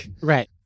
right